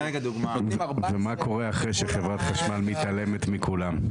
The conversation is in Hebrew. ומה קורה אחרי שחברת חשמל מתעלמת מכולם?